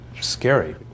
scary